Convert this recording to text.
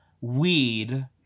weed